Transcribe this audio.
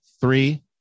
three